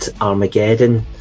Armageddon